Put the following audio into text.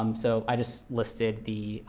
um so i just listed the